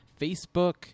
Facebook